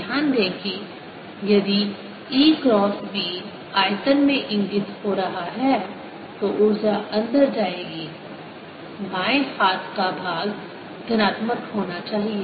ध्यान दें कि यदि E क्रॉस B आयतन में इंगित हो रहा है तो ऊर्जा अंदर जाएगी बाएं हाथ का भाग धनात्मक होना चाहिए